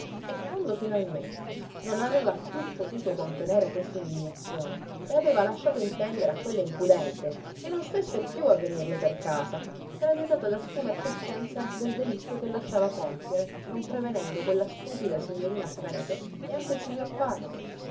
e quando finalmente non aveva più potuto contenere quest'indignazione e aveva lasciato intendere a quella impudente che non stesse più a venirle per casa s'era vietata d'assumer coscienza del delitto che lasciava compiere non prevenendo quella stupida signorina trecke e anche il signor parroco